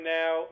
now